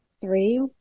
Three